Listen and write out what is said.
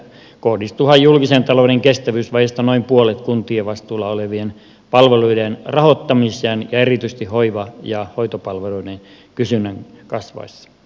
kohdistuuhan julkisen talouden kestävyysvajeesta noin puolet kuntien vastuulla olevien palveluiden rahoittamiseen erityisesti hoiva ja hoitopalveluiden kysynnän kasvaessa